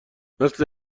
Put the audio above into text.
مثل